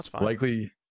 likely